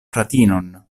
fratinon